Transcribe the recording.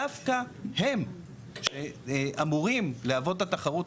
דווקא הם אמורים להוות את התחרות,